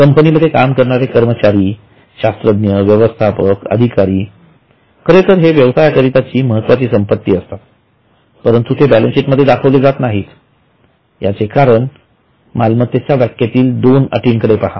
company मध्ये काम करणारे कर्मचारीशास्त्रज्ञ व्यवस्थापक अधिकारी खरेतर हे व्यवसायाकरिता महत्वाची संपत्ती असतात परंतु ते बॅलन्सशीट मध्ये दाखविले जात नाहीत याचे कारण मालमत्तेच्या व्याख्येतील दोन अटींकडे पहा